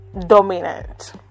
dominant